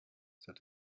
said